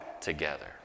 together